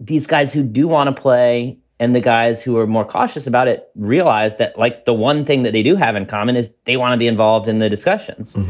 these guys who do want to play and the guys who are more cautious about it realize that, like, the one thing that they do have in common is they want to be involved in the discussions,